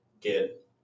get